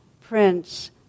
prince